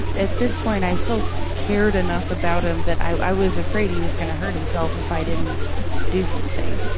at this point, i still cared enough about him that i was afraid he was going to hurt himself if i didn't do something.